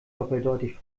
doppeldeutig